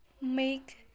make